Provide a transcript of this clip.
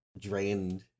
drained